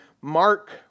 Mark